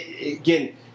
again